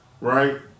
right